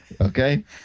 okay